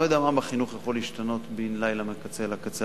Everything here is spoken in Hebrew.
אני לא יודע מה בחינוך יכול להשתנות בן-לילה מהקצה אל הקצה.